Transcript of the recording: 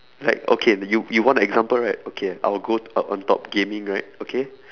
like okay you you want an example right okay I will go to on on top gaming right okay